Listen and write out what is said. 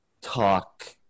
talk